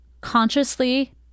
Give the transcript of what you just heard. consciously